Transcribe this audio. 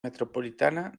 metropolitana